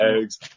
eggs